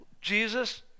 Jesus